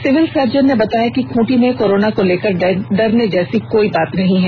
civil surgeon ने बताया कि खूंटी में कोरोना को लेकर डरने जैसी कोई बात नहीं है